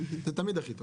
זה תמיד הכי טוב.